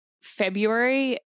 February